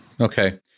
okay